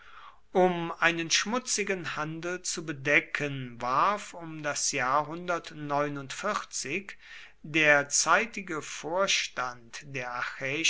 um einen schmutzigen handel zu bedecken warf um das jahr der zeitige vorstand der